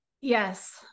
Yes